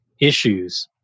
issues